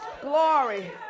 Glory